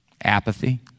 Apathy